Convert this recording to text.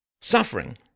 Suffering